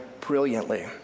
brilliantly